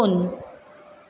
दोन